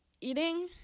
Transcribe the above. eating